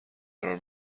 قرار